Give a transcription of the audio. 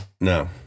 No